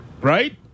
right